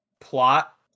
plot